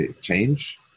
change